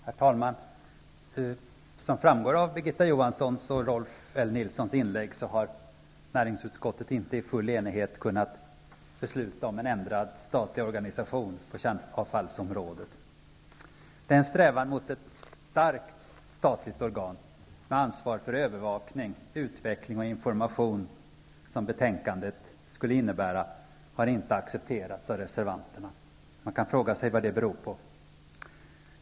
Herr talman! Som framgår av Birgitta Johanssons och Rolf L. Nilsons inlägg har näringsutskottet inte i full enighet kunnat besluta om en ändrad statlig organisation på kärnavfallsområdet. Den strävan mot ett starkt statligt organ, med ansvar för övervakning, utveckling och information, som betänkandet skulle innebära har inte accepterats av reservanterna. Man kan fråga sig vad det beror på.